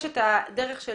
יש את הדרך של